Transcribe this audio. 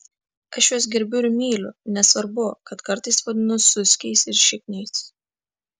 aš juos gerbiu ir myliu nesvarbu kad kartais vadinu suskiais ir šikniais